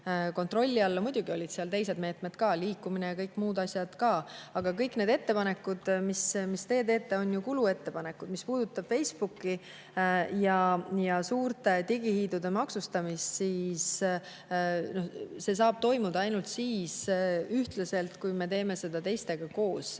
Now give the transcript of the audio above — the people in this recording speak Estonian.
kontrolli alla. Muidugi olid seal teised meetmed ka, liikumine ja kõik muud asjad. Aga kõik need ettepanekud, mis teie teete, on ju kuluettepanekud. Mis puudutab Facebooki ja üldse suurte digihiidude maksustamist, siis see saab toimuda ainult ühtlaselt, vaid siis, kui me teeme seda teistega koos.